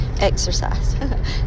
exercise